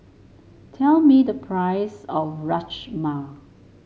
tell me the price of Rajma